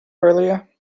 earlier